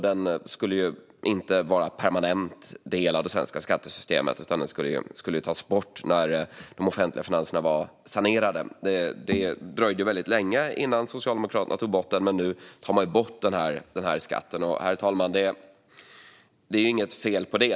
Den skulle inte vara en permanent del av det svenska skattesystemet, utan den skulle tas bort när de offentliga finanserna var sanerade. Det dröjde väldigt länge innan Socialdemokraterna tog bort denna skatt, men nu tar man bort den. Herr talman! Det är inget fel på det.